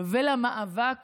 ולמאבק